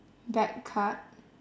back card